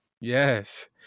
Yes